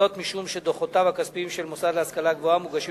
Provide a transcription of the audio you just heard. משום שדוחותיו הכספיים של מוסד להשכלה גבוהה מוגשים